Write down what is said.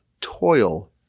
toil